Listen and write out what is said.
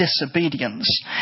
disobedience